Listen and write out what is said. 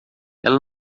ela